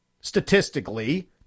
statistically